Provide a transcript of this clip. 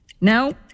No